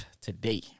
today